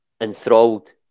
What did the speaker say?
enthralled